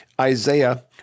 Isaiah